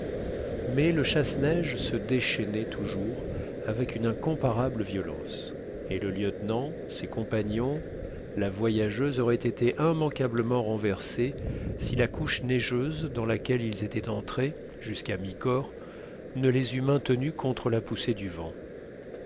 mais le chasse-neige se déchaînait toujours avec une incomparable violence et le lieutenant ses compagnons la voyageuse auraient été immanquablement renversés si la couche neigeuse dans laquelle ils étaient entrés jusqu'à mi-corps ne les eût maintenus contre la poussée du vent